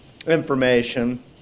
Information